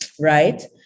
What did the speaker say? right